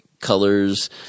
colors